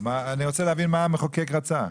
אני רוצה להבין מה המחוקק רצה.